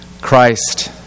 Christ